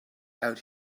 out